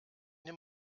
nimm